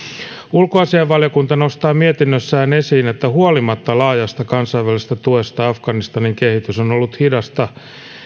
ulkoasiainvaliokunta nostaa mietinnössään esiin että huolimatta laajasta kansainvälisestä tuesta afganistanin kehitys on on ollut hidasta